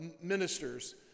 ministers